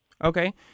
Okay